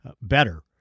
better